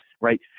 Right